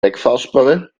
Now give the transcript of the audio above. wegfahrsperre